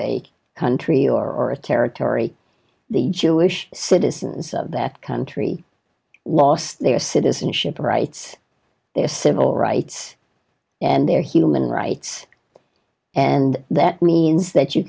a country or a territory the jewish citizens of that country lost their citizenship rights their civil right and they're human rights and that means that you